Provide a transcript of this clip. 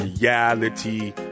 reality